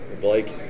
Blake